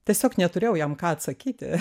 tiesiog neturėjau jam ką atsakyti